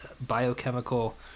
biochemical